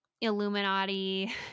Illuminati